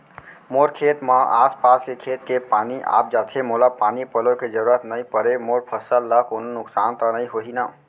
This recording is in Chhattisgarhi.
मोर खेत म आसपास के खेत के पानी आप जाथे, मोला पानी पलोय के जरूरत नई परे, मोर फसल ल कोनो नुकसान त नई होही न?